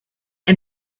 and